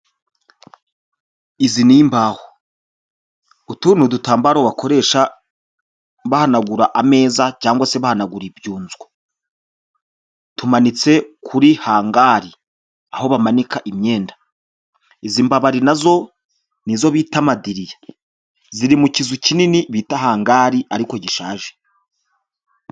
Izi n'imbaho utu n'udutambaro bakoresha bahanagura ameza cyangwa se bahanagura ibyunzwe tumanitse kuri hangari aho bamanika imyenda, izi mbari nazo nizo bitama madiriye ziri mu kizu kinini bita hangari ariko gishaje.